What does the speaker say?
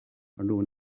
known